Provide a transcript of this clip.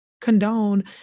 condone